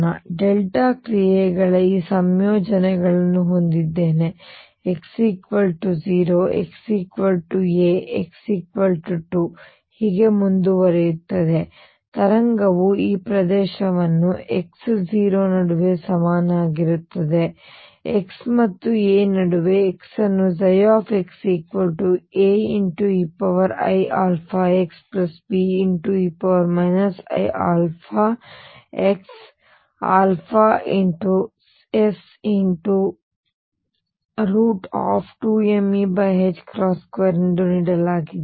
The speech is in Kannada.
ನಾನು ಡೆಲ್ಟಾ ಕ್ರಿಯೆಗಳ ಈ ಸಂಯೋಜನೆಗಳನ್ನು ಹೊಂದಿದ್ದೇನೆ x 0 x a x 2 a ಮತ್ತು ಹೀಗೆ ತರಂಗವು ಈ ಪ್ರದೇಶವನ್ನು x o ನಡುವೆ ಸಮನಾಗಿರುತ್ತದೆ x ಮತ್ತು a ನಡುವೆ x ಅನ್ನು xAeiαxBe iαx α s2mE2 ಎಂದು ನೀಡಲಾಗಿದೆ